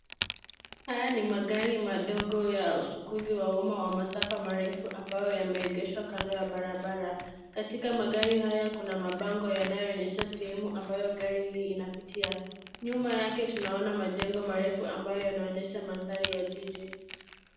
Haya ni magari madogo ya uchukuzi wa umma wa masafa marefu ambayo yameegeshwa kando ya barabara. Katika magari haya kuna mabango yanayoonyesha sehemu ambayo gari hii inapitia. Nyuma yake tunaona majengo marefu ambayo yanaonyesha mandhari ya jiji.